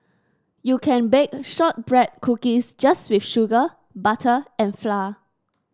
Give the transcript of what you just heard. you can bake shortbread cookies just with sugar butter and flour